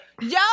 Yo